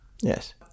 Yes